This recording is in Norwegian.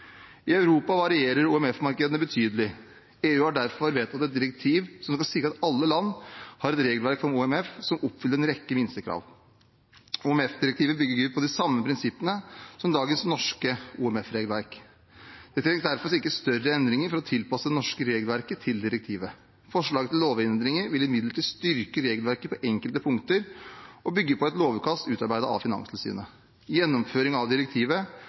I Europa varierer OMF-markedene betydelig. EU har derfor vedtatt et direktiv som skal sikre at alle land har et regelverk for OMF som oppfyller en rekke minstekrav. OMF-direktivet bygger på de samme prinsippene som dagens norske OMF-regelverk. Det trengs derfor ikke større endringer for å tilpasse det norske regelverket til direktivet. Forslaget til lovendringer vil imidlertid styrke regelverket på enkelte punkter og bygger på et lovutkast utarbeidet av Finanstilsynet. Gjennomføring av direktivet